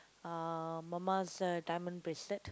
uh mama's uh diamond bracelet